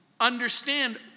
understand